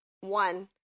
one